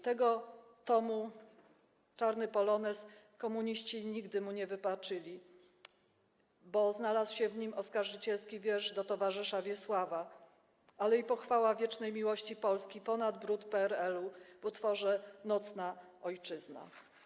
Tomu „Czarny polonez” komuniści nigdy mu nie wybaczyli, bo znalazł się w nim oskarżycielski wiersz „Do towarzysza Wiesława”, ale i pochwała wiecznej miłości Polski, ponad brud PRL-u, w utworze „Nocna Ojczyzna”